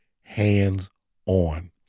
hands-on